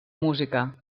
música